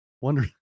wonder